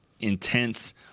intense